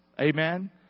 Amen